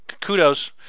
Kudos